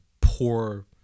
poor